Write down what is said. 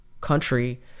country